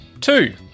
Two